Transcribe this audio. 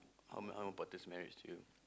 how how about this marriage to you